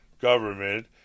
government